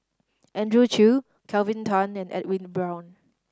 Andrew Chew Kelvin Tan and Edwin Brown